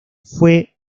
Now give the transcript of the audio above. fue